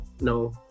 no